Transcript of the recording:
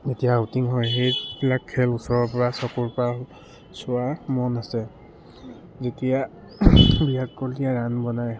যেতিয়া আউটিং হয় সেইবিলাক খেল ওচৰৰ পৰা চকুৰ পৰা চোৱা মন আছে যেতিয়া বিৰাট কোহলিয়ে ৰান বনায়